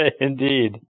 Indeed